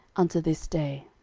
unto this day.